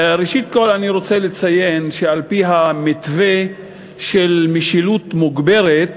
ראשית כול אני רוצה לציין שעל-פי המתווה של משילות מוגברת